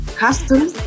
customs